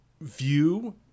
view